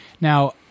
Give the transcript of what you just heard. Now